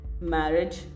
marriage